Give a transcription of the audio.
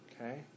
Okay